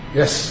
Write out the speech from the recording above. yes